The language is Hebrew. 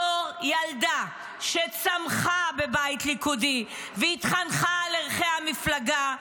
בתור ילדה שצמחה בבית ליכודי והתחנכה על ערכי המפלגה,